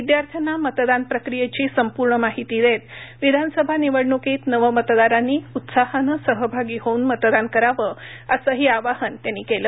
विद्यार्थ्यांना मतदान प्रक्रियेची संपूर्ण माहिती देत विधानसभा निवडणुकीत नवमतदारांनी उत्साहानं सहभागी होऊन मतदान करावं असंही आवाहन त्यांनी केलं